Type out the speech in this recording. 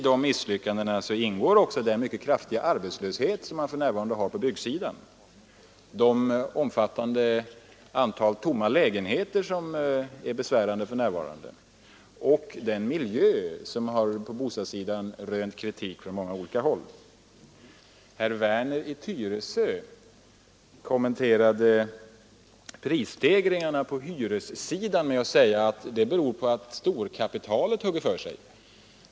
Vidare ingår där den mycket kraftiga arbetslöshet som man just nu har i byggbranschen, det betydande antalet tomma lägenheter, vilket är mycket besvärande, samt den boendemiljö som rönt kritik från många olika håll. Herr Werner i Tyresö kommenterade prisstegringarna på hyressidan med att säga att de beror på att storkapitalet hugger för sig.